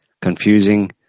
confusing